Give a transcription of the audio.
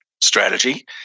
strategy